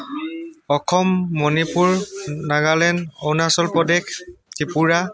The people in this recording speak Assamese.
অসম মণিপুৰ নাগালেণ্ড অৰুণাচল প্ৰদেশ ত্ৰিপুৰা